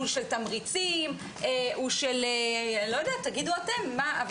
הוא של תמריצים, תגידו אתם מה.